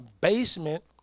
basement